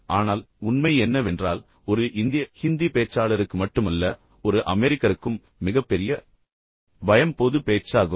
ஆனால் உண்மை என்னவென்றால் ஒரு இந்திய ஹிந்தி பேச்சாளருக்கு மட்டுமல்ல ஒரு அமெரிக்கருக்கும் மிகப் பெரிய பயம் பொதுப் பேச்சாகும்